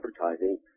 advertising